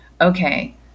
okay